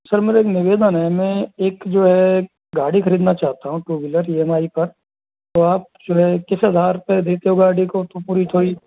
sir मेरा एक निवेदन है मैं एक जो है गाड़ी खरीदना चाहता हूँ two wheeler E M I पर तो आप जो है किस आधार पर देते गाड़ी को तो पूरी कोई